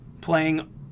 playing